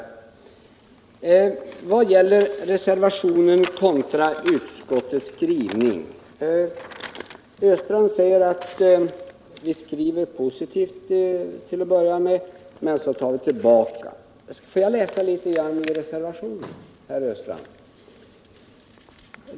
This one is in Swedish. I vad gäller reservationen kontra utskottets skrivning säger Olle Östrand att vi skriver positivt till att börja med men sedan tar tillbaka. Får jag då läsa litet ur reservationen, herr Östrand.